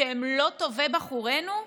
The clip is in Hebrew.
שהם לא טובי בחורינו?